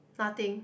nothing